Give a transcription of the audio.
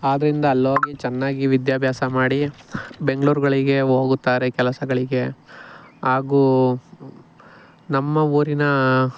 ಆದ್ರಿಂದ ಅಲ್ಲೋಗಿ ಚೆನ್ನಾಗಿ ವಿದ್ಯಾಭ್ಯಾಸ ಮಾಡಿ ಬೆಂಗಳೂರ್ಗಳಿಗೆ ಹೋಗುತ್ತಾರೆ ಕೆಲಸಗಳಿಗೆ ಹಾಗೂ ನಮ್ಮ ಊರಿನ